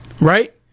right